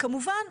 כמובן,